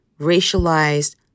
racialized